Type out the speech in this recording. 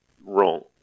wrong